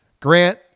Grant